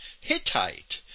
Hittite